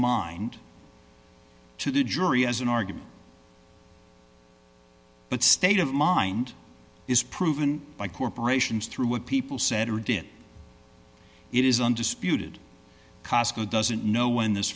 mind to the jury as an argument but state of mind is proven by corporations through what people said or did it is undisputed cosco doesn't know when this